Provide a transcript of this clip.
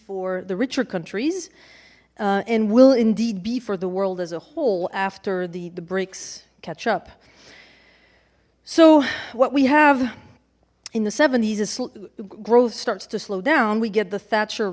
for the richer countries and will indeed be for the world as a whole after the the breaks catch up so what we have in the seventies is growth starts to slow down we get the thatcher